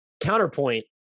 Counterpoint